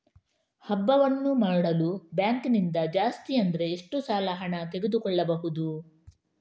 ಹಬ್ಬವನ್ನು ಮಾಡಲು ಬ್ಯಾಂಕ್ ನಿಂದ ಜಾಸ್ತಿ ಅಂದ್ರೆ ಎಷ್ಟು ಸಾಲ ಹಣ ತೆಗೆದುಕೊಳ್ಳಬಹುದು?